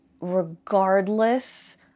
regardless